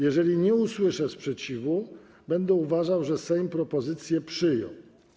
Jeżeli nie usłyszę sprzeciwu, będę uważał, że Sejm propozycję przyjął.